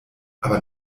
aber